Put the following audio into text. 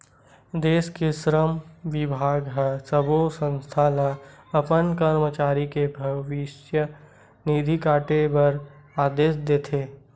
देस के श्रम बिभाग ह सब्बो संस्था ल अपन करमचारी के भविस्य निधि काटे बर आदेस देथे